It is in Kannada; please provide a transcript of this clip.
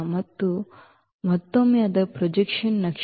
ಇದು ಮತ್ತೊಮ್ಮೆ ಅದರ ಪ್ರೊಜೆಕ್ಷನ್ ನಕ್ಷೆ